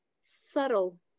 Subtle